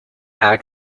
out